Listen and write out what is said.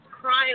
crying